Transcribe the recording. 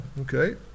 okay